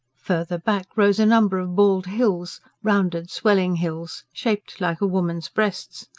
further back rose a number of bald hills rounded, swelling hills, shaped like a woman's breasts.